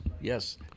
Yes